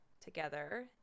together